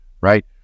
right